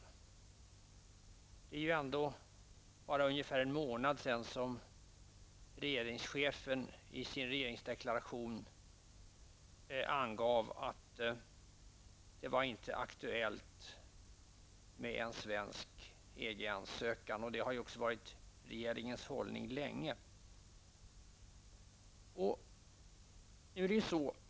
Det är ju ändå bara ungefär en månad sedan som regeringschefen i sin regeringsdeklaration angav att det inte var aktuellt med en svensk EG-ansökan, och det har också varit regeringens hållning länge.